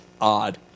odd